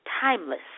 timeless